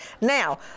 Now